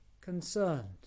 concerned